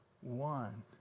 one